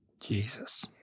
Jesus